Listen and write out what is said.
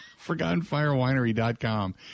Forgottenfirewinery.com